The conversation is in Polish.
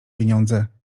pieniądze